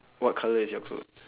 what colour is your clothes